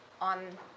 on